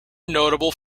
notable